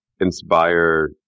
inspire